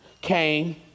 came